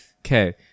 Okay